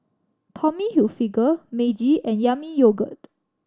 Tommy Hilfiger Meiji and Yami Yogurt